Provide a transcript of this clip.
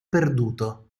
perduto